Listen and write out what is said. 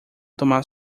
tomar